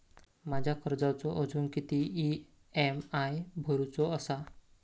माझ्या कर्जाचो अजून किती ई.एम.आय भरूचो असा?